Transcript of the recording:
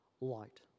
light